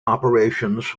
operations